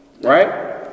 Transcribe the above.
right